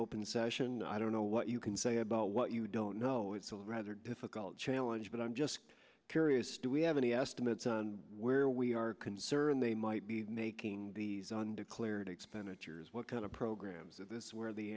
open session i don't know what you can say about what you don't know it's a rather difficult challenge but i'm just curious do we have any estimates on where we are concerned they might be making these on and expenditures what kind of programs is this where the